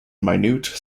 minute